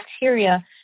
bacteria